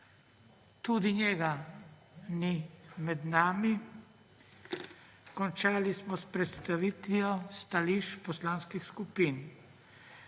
Tudi njega ni med nami. Končali smo s predstavitvijo stališč poslanskih skupin.